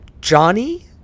Johnny